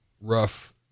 rough